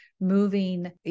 moving